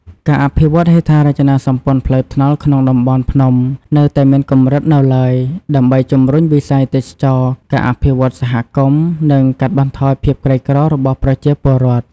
ការអភិវឌ្ឍហេដ្ឋារចនាសម្ព័ន្ធផ្លូវថ្នល់ក្នុងតំបន់ភ្នំនៅតែមានកម្រិតនៅឡើយ ដើម្បីជំរុញវិស័យទេសចរណ៍ ការអភិវឌ្ឍន៍សហគមន៍ និងកាត់បន្ថយភាពក្រីក្ររបស់ប្រជាពលរដ្ឋ។